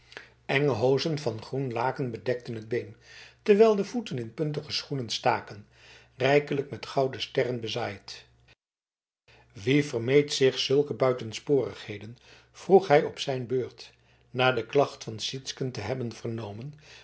enge hozen van groen laken bedekten het been terwijl de voeten in puntige schoenen staken rijkelijk met gouden sterren bezaaid wie vermeet zich zulke buitensporigheden vroeg hij op zijn beurt na de klacht van sytsken te hebben vernomen